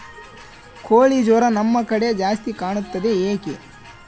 ಕೋಳಿ ಜ್ವರ ನಮ್ಮ ಕಡೆ ಜಾಸ್ತಿ ಕಾಣುತ್ತದೆ ಏಕೆ?